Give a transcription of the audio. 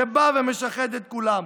שבא ומשחד את כולם.